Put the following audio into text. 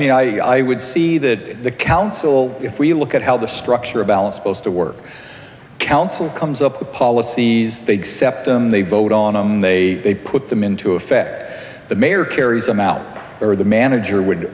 mean i would see that the council if we look at how the structure of balance opposed to work council comes up the policies they get septum they vote on and they put them into effect the mayor carries them out or the manager would